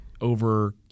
over